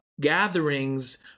gatherings